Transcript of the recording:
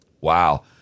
Wow